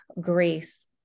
grace